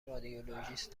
رادیولوژیست